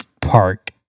Park